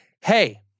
hey